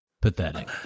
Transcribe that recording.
pathetic